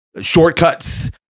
shortcuts